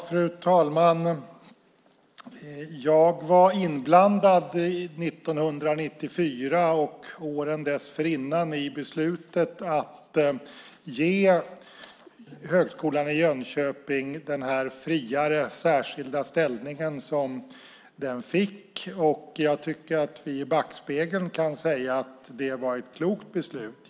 Fru talman! Jag var inblandad 1994 och åren dessförinnan i beslutet att ge Högskolan i Jönköping den friare särskilda ställning som den fick, och jag tycker att vi med en blick i backspegeln kan säga att det var ett klokt beslut.